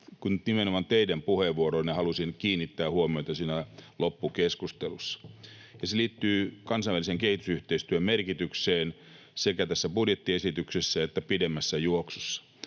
nimenomaan teidän puheenvuoroonne siinä loppukeskustelussa halusin kiinnittää huomiota. Se liittyy kansainvälisen kehitysyhteistyön merkitykseen sekä tässä budjettiesityksessä että pidemmässä juoksussa.